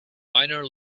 minor